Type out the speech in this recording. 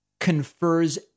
confers